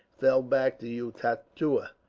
fell back to utatua,